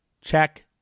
check